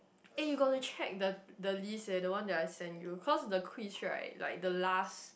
eh you got to check the the list eh the one that I send you cause the quiz right like the last